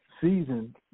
season